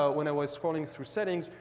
ah when i was scrolling through settings,